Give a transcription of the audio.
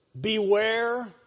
beware